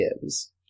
gives